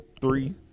three